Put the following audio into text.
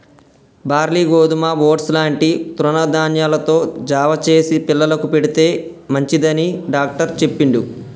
barley గోధుమ oats లాంటి తృణ ధాన్యాలతో జావ చేసి పిల్లలకు పెడితే మంచిది అని డాక్టర్ చెప్పిండు